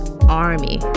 army